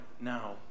now